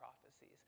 prophecies